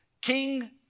King